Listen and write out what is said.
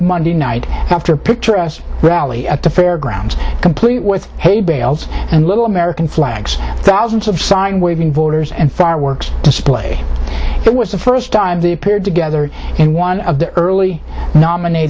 monday night after picture a rally at the fairgrounds complete with hay bales and little american flags thousands of sign waving voters and fireworks display it was the first time they appeared together in one of the early